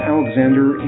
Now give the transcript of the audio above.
Alexander